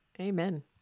Amen